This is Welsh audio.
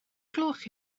gloch